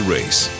Race